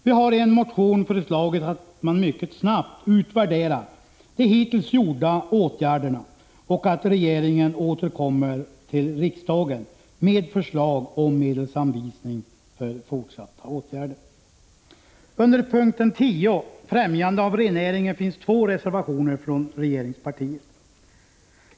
Vi har i en motion föreslagit att man mycket snabbt skall utvärdera de hittills vidtagna åtgärderna och att regeringen skall återkomma till riksdagen med förslag om medelsanvisning för fortsatta åtgärder. Under punkten 10, Främjande av rennäringen, finns två reservationer från regeringspartiet.